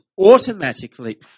automatically